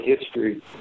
history